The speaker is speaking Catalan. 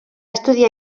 estudiar